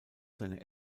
seine